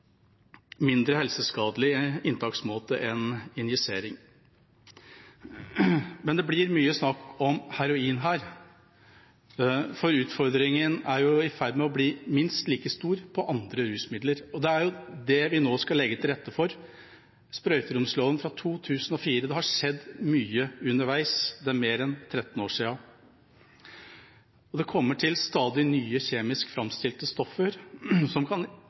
mindre helseskadelig inntaksmåte enn injisering. Det blir mye snakk om heroin her, men utfordringen er i ferd med å bli minst like stor med andre rusmidler. Det er det vi nå skal legge til rette for. Sprøyteromsloven er fra 2004 – det har skjedd mye underveis, for det er mer enn 13 år siden. Det kommer til stadig nye kjemisk framstilte stoffer som kan